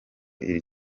iri